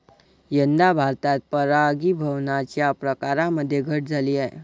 यंदा भारतात परागीभवनाच्या प्रकारांमध्ये घट झाली आहे